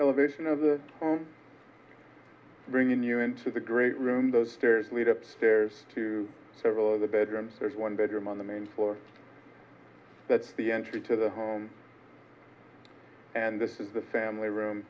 elevation of the bringing you into the great room those stairs lead up stairs to several of the bedrooms there's one bedroom on the main floor that's the entry to the home and this is the family room